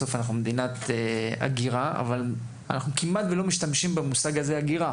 בסוף אנחנו מדינת הגירה אבל אנחנו כמעט ולא משתמשים במושג הזה הגירה.